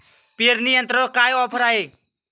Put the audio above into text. पेरणी यंत्रावर काय ऑफर आहे?